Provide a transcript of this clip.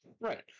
Right